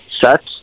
sets